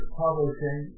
publishing